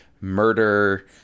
murder